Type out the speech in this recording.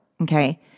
Okay